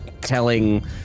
telling